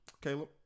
Caleb